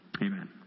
Amen